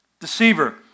deceiver